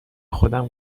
خودم